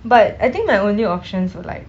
but I think my only options were like